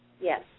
Yes